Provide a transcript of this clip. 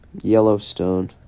Yellowstone